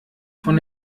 von